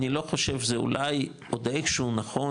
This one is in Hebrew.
אני לא חושב שזה אולי עוד איכשהו נכון